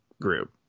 group